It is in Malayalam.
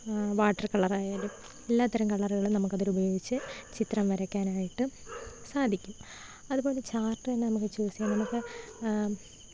വാട്ടര് കളർ ആയാലും എല്ലാത്തരം കളറുകളും നമുക്ക് അതിൽ ഉപയോഗിച്ച് ചിത്രം വരയ്ക്കാനായിട്ട് സാധിക്കും അതുപോലെ ചാര്ട്ട് തന്നെ നമുക്ക് ചൂസ് ചെയ്യാം നമുക്ക്